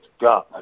God